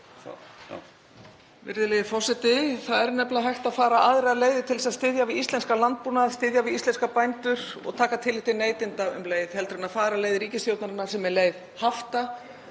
Virðulegur forseti. Það er nefnilega hægt að fara aðrar leiðir til að styðja við íslenskan landbúnað, styðja við íslenska bændur og taka tillit til neytenda um leið en að fara leið ríkisstjórnarinnar sem er leið hafta